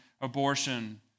abortion